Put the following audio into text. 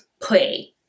play